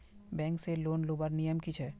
Bank से loan लुबार नियम की छे?